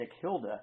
Hilda